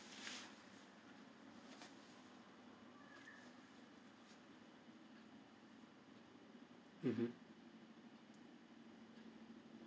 mmhmm